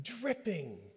dripping